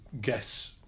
guess